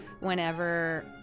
whenever